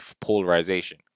polarization